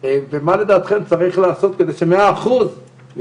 ואז היא הולכת הביתה שמחה שהכל